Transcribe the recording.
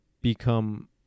become